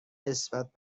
نسبت